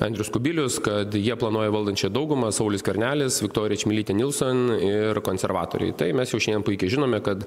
andrius kubilius kad jie planuoja valdančiąją daugumą saulius skvernelis viktorija čmilytė nielsen ir konservatoriai tai mes jau šiandien puikiai žinome kad